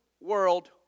World